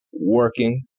working